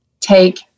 take